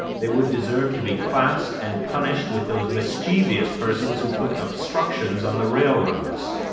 they would deserve to be classed and punished with those mischievious persons who put obstructions on the railroads.